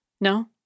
No